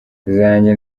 zanjye